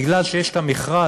מכיוון שיש המכרז